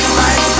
right